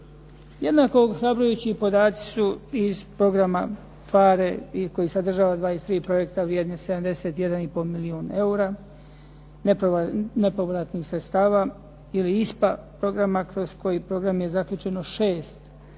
Jednako ohrabrujući podaci su iz programa FARE koji sadržava 23 projekta vrijednih 71,5 milijun eura, nepovratnih sredstava ili ISPA programa kroz koji program je zaključeno 6 pojedinačnih